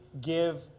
give